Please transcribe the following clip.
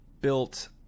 built